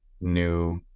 new